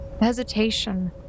hesitation